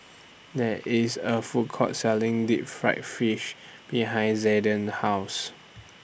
There IS A Food Court Selling Deep Fried Fish behind Zaiden's House